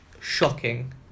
shocking